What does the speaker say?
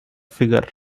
figure